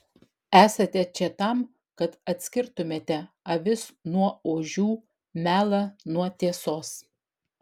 esate čia tam kad atskirtumėte avis nuo ožių melą nuo tiesos